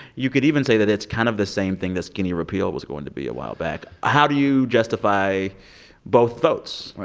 you could even say that it's kind of the same thing that skinny repeal was going to be a while back. how do you justify both votes?